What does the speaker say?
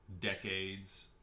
decades